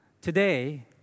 Today